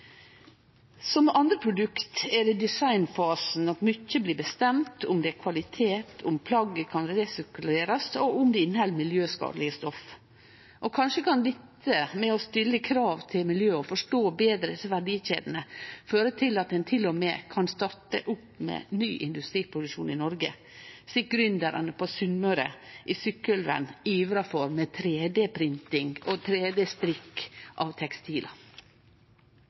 Som med andre produkt er det i designfasen mykje blir bestemt, om det er kvalitet, om plagget kan resirkulerast, og om det inneheld miljøskadelege stoff. Kanskje kan det å stille krav til miljø og forstå betre desse verdikjedene føre til at ein til og med kan starte opp med ny industriproduksjon i Noreg, slik gründerane på Sunnmøre, i Sykkylven, ivrar for, med 3D-printing og 3D-strikk av tekstilar.